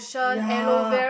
yea